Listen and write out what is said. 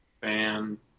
fan